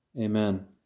Amen